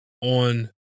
on